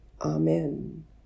Amen